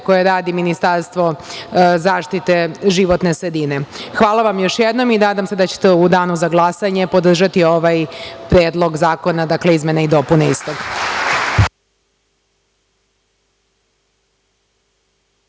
koje radi Ministarstvo zaštite životne sredine. Hvala vam još jednom. Nadam se da ćete u danu za glasanje podržati ovaj Predlog zakona. **Vladimir Orlić**